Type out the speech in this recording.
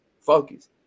focus